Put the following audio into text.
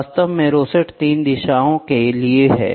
वास्तव में रोसेट 3 दिशाओं के लिए है